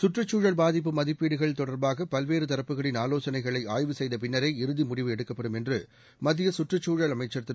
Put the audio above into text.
கற்றுச்சூழல் பாதிப்பு மதிப்பீடுகள் தொடர்பாகபல்வேறுதரப்புகளின் ஆலோசனைகளைஆய்வு செய்தபின்னரே இறுதிமுடிவு செய்யப்படும் என்றுமத்தியகற்றுச் சூழல் அமைச்சர் திரு